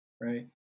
right